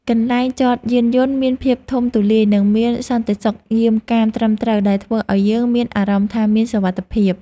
កន្លែងចតយានយន្តមានភាពធំទូលាយនិងមានសន្តិសុខយាមកាមត្រឹមត្រូវដែលធ្វើឱ្យយើងមានអារម្មណ៍ថាមានសុវត្ថិភាព។